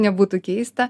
nebūtų keista